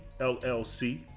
LLC